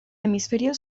hemisferio